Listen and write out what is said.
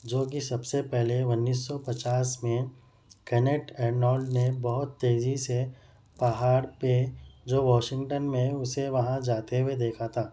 جو کہ سب سے پہلے انیس سو پچاس میں کینٹ ارنالڈ نے بہت تیزی سے پہاڑ پہ جو واشنگٹن میں اسے وہاں جاتے ہوئے دیکھا تھا